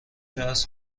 درس